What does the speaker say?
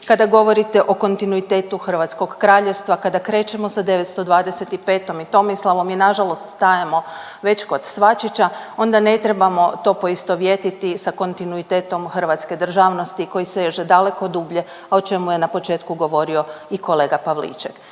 kada govorite o kontinuitetu Hrvatskog kraljevstva kada krećemo sa 925. i Tomislavom i nažalost stajemo već kod Svačića, onda ne trebamo to poistovjetiti sa kontinuitetom Hrvatske državnosti koji seže daleko dublje, a o čemu je na početku govorio i kolega Pavliček.